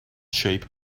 shape